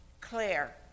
Claire